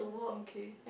okay